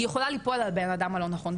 היא יכולה ליפול על הבן אדם הלא נכון,